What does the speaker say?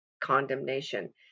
condemnation